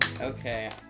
Okay